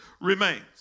remains